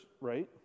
right